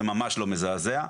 זה ממש לא מזעזע.